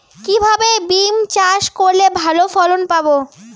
কিভাবে বিম চাষ করলে ভালো ফলন পাব?